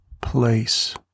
place